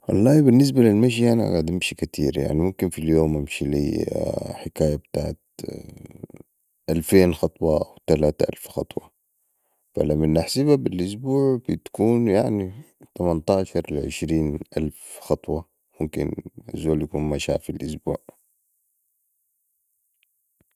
والله بي النسبة لي المشي أنا قعد امشي كتير يعني يمكن في اليوم امشي لي حكايه بتاعت الفين خطوه او تلاته ألف خطوه فلمن نحسبا بي الاسبوع بتكون يعني تمنطاشر لي عشرين ألف خطوة ممكن الزول يكون مشاها في الأسبوع